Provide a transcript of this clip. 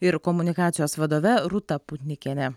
ir komunikacijos vadove rūta putnikiene